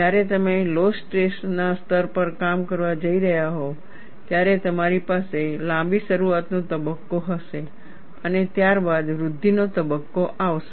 જ્યારે તમે low stress સ્તરો પર કામ કરવા જઈ રહ્યા હોવ ત્યારે તમારી પાસે લાંબી શરૂઆતનો તબક્કો હશે અને ત્યારબાદ વૃદ્ધિનો તબક્કો આવશે